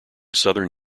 southern